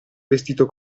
vestito